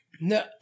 No